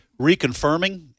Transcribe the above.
reconfirming